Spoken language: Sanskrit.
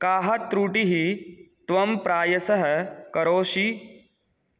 काः त्रुटिः त्वं प्रायसः करोषि